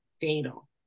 fatal